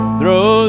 throw